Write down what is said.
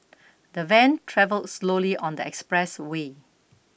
the van travelled slowly on the expressway